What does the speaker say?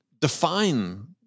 define